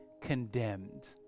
condemned